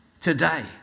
today